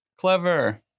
clever